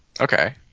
Okay